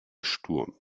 sturm